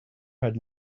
had